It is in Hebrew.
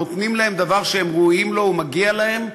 נותנים להם דבר שהם ראויים לו, הוא מגיע להם,